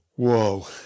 Whoa